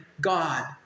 God